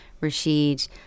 Rashid